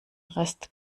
rest